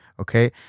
Okay